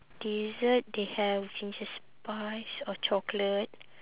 dessert they have ginger spice or chocolate